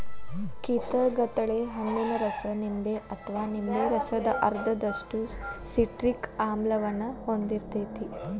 ಕಿತಗತಳೆ ಹಣ್ಣಿನ ರಸ ನಿಂಬೆ ಅಥವಾ ನಿಂಬೆ ರಸದ ಅರ್ಧದಷ್ಟು ಸಿಟ್ರಿಕ್ ಆಮ್ಲವನ್ನ ಹೊಂದಿರ್ತೇತಿ